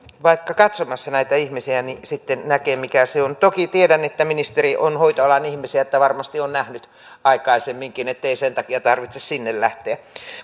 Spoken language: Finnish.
vaikka katsomassa näitä ihmisiä niin sitten näkee mitä se on toki tiedän että ministeri on hoitoalan ihmisiä että varmasti on nähnyt aikaisemminkin ettei sen takia tarvitse sinne lähteä